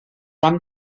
van